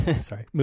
Sorry